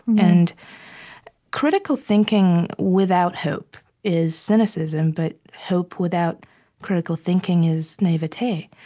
and critical thinking without hope is cynicism. but hope without critical thinking is naivete.